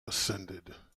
assented